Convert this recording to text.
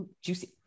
Juicy